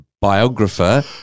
biographer